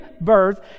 birth